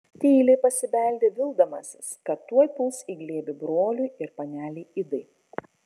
tyliai pasibeldė vildamasis kad tuoj puls į glėbį broliui ir panelei idai